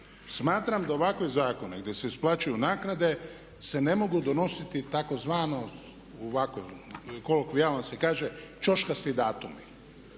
smatram da ovakve zakone gdje se isplaćuju naknade se ne mogu donositi tzv. u ovako, kolokvijalno se kaže ćoškasti datumi.